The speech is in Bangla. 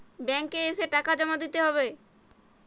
ব্যাঙ্ক এ এসে টাকা জমা দিতে হবে?